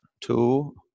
two